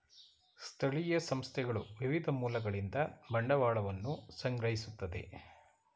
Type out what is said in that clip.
ಸ್ಥಳೀಯ ಸಂಸ್ಥೆಗಳು ವಿವಿಧ ಮೂಲಗಳಿಂದ ಬಂಡವಾಳವನ್ನು ಸಂಗ್ರಹಿಸುತ್ತದೆ